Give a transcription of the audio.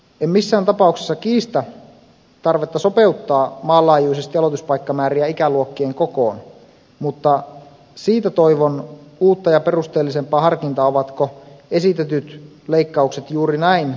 en missään tapauksessa kiistä tarvetta sopeuttaa maanlaajuisesti aloituspaikkamääriä ikäluokkien kokoon mutta siitä toivon uutta ja perusteellisempaa harkintaa ovatko esitetyt leikkaukset juuri näin kohdennettuina oikeita